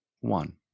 one